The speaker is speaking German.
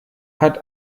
hat